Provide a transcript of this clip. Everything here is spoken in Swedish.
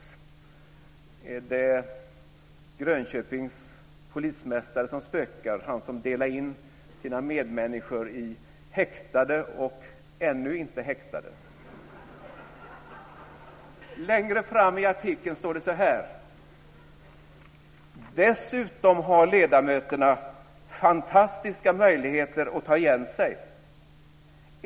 Är det Grönköpings polismästare som spökar, han som delade in sina medmänniskor i häktade och ännu inte häktade? Längre fram i artikeln står det så här: "Dessutom har ledamöterna fantastiska möjligheter att ta igen sig.